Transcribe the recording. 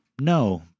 No